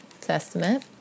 Testament